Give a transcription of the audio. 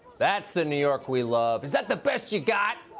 that's the new york we love. is that the best you've got?